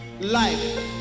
life